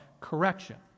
correction